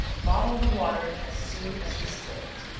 bottle the water as soon as distilled.